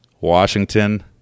Washington